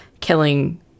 Killing